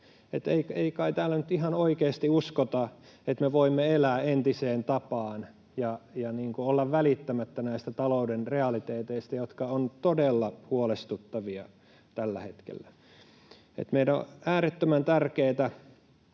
Ei kai täällä nyt ihan oikeasti uskota, että me voimme elää entiseen tapaan ja olla välittämättä näistä talouden realiteeteista, jotka ovat todella huolestuttavia tällä hetkellä? Meillä on äärettömän tärkeätä,